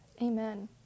amen